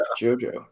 Jojo